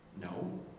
No